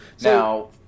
Now